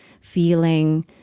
feeling